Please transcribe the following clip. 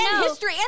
history